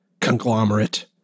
conglomerate